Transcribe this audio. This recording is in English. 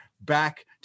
back